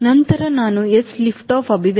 ನಂತರ ನಾನು s lift off ಅಭಿವ್ಯಕ್ತಿಯನ್ನು 1